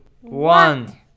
one